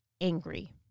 angry